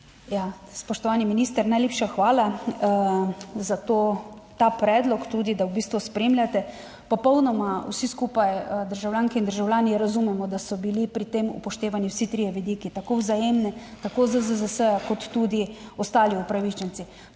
Spoštovani minister, najlepša hvala za ta predlog, tudi da v bistvu spremljate. Popolnoma vsi skupaj, državljanke in državljani, razumemo, da so bili pri tem upoštevani vsi trije vidiki, tako Vzajemne, tako ZZZS kot tudi ostali upravičenci.